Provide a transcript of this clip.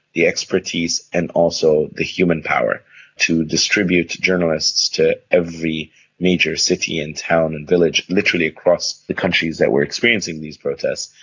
the expertise and also the human power to distribute journalists to every major city and town and village literally across the countries that were experiencing these protests.